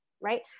right